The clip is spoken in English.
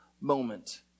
moment